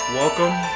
welcome